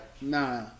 Nah